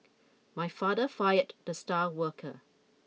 my father fired the star worker